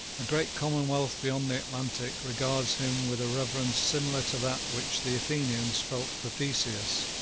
a great commonwealth beyond the atlantic regards him with a reverence similar to that which the athenians felt for theseus,